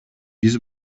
биз